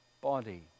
body